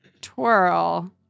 twirl